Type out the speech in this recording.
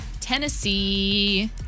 Tennessee